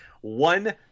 one